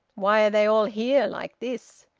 why are they all here like this?